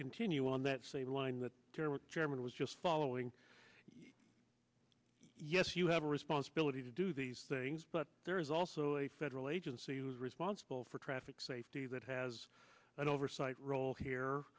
continue on that same line that there were chairman was just following yes you have a responsibility to do these things but there is also a federal agency who's responsible for traffic safety that has an oversight role here